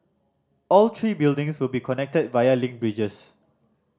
all three buildings will be connected via link bridges